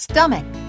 stomach